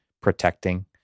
protecting